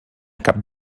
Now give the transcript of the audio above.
cap